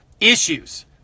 issues